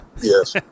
Yes